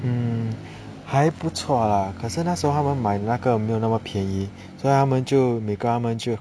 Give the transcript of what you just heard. hmm 还不错 lah 可是那时候他们买那个没有那么便宜所以他们就每个他们就